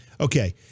Okay